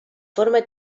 forma